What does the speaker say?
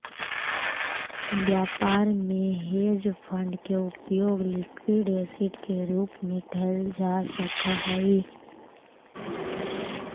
व्यापार में hedge fund के उपयोग लिक्विड एसिड के रूप में कैल जा सक हई